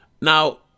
Now